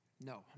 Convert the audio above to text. No